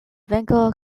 venko